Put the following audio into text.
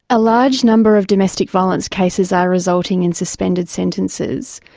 a large number of domestic violence cases are resulting in suspended sentences,